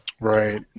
Right